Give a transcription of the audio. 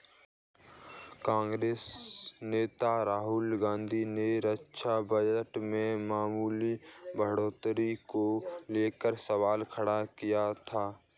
कांग्रेस नेता राहुल गांधी ने रक्षा बजट में मामूली बढ़ोतरी को लेकर सवाल खड़े किए थे